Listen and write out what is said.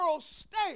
state